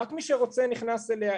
רק מי שרוצה נכנס אליה,